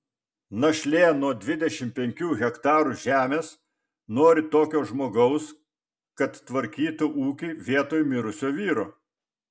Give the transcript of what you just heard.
našlė nuo dvidešimt penkių hektarų žemės nori tokio žmogaus kad tvarkytų ūkį vietoj mirusio vyro